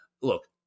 look